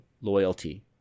loyalty